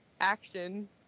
action